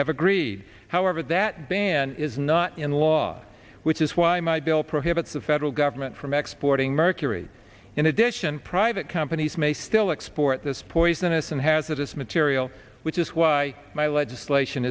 have agreed however that ban is not in the law which is why my bill prohibits the federal government from exporting mercury in addition private companies may still export this poisonous and hazardous material which is why my legislation